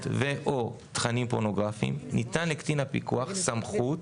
או בתכנים פורנוגרפיים ניתנת לקצין הפיקוח סמכות